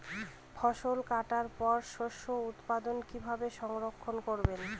ফসল কাটার পর শস্য উৎপাদন কিভাবে সংরক্ষণ করবেন?